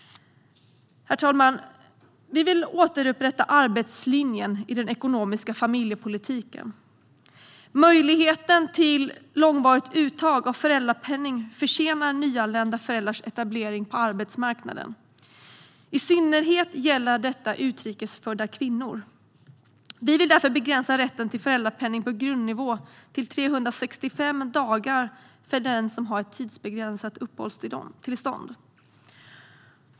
Herr talman! Vi vill återupprätta arbetslinjen i den ekonomiska familjepolitiken. Möjligheten till långvarigt uttag av föräldrapenning försenar nyanlända föräldrars etablering på arbetsmarknaden. I synnerhet gäller detta utrikes födda kvinnor. Vi vill därför begränsa rätten till föräldrapenning på grundnivå till 365 dagar för den som har ett tidsbegränsat uppehållstillstånd.